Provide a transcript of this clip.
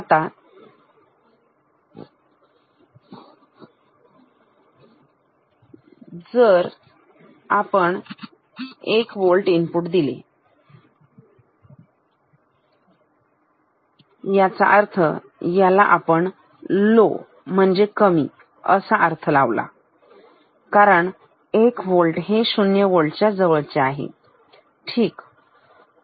आता जर आपण 1 वोल्ट इनपुट दिले याचा अर्थ याला आपण लो म्हणजे कमी याचा अर्थ लावू शकतो कारण 1 वोल्ट हे 0 वोल्ट च्या जवळचा आहे ठीक